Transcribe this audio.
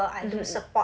mmhmm